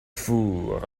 faut